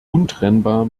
untrennbar